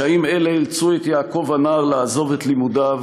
קשיים אלה אילצו את יעקב הנער לעזוב את לימודיו,